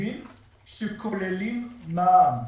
תקציבים שכוללים מע"מ.